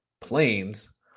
planes